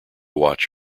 watch